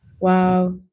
Wow